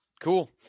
Cool